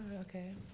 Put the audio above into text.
okay